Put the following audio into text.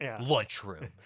lunchroom